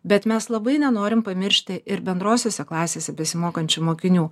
bet mes labai nenorim pamiršti ir bendrosiose klasėse besimokančių mokinių